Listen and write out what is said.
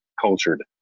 cultured